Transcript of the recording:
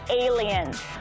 aliens